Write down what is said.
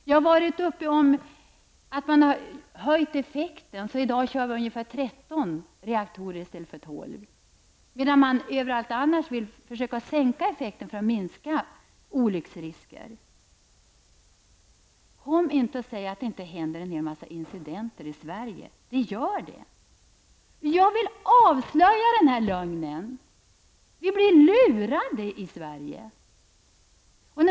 Jag har varit uppe om att man i dag har höjt effekten, så att vi i dag effektmässigt kör ungefär 13 reaktorer i stället för 12, medan man annars överallt vill försöka sänka effekten för att minska olycksriskerna. Kom inte och säg att det inte händer en hel massa incidenter i Sverige! Det gör det! Jag vill avslöja den här lögnen. Vi blir lurade i Sverige!